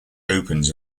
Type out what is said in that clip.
opens